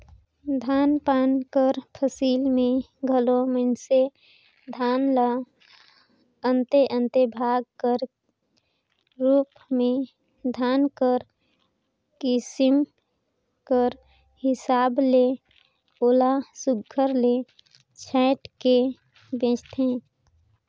धान पान कर फसिल में घलो मइनसे धान ल अन्ते अन्ते भाग कर रूप में धान कर किसिम कर हिसाब ले ओला सुग्घर ले छांएट के बेंचथें